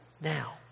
Now